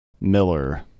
Miller